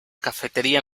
cafetería